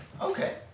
Okay